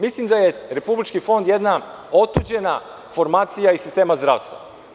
Mislim da je Republički fond jedna otuđena formacija iz sistema zdravstva.